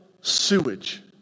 sewage